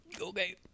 Okay